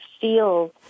feels